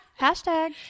Hashtag